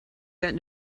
got